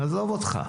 עזוב אותך.